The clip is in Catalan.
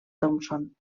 thompson